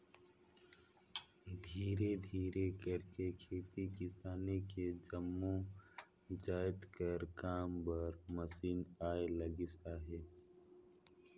धीरे धीरे कइरके खेती किसानी के जम्मो जाएत कर काम बर मसीन आए लगिस अहे